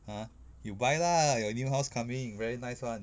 !huh! you buy lah your new house coming very nice [one]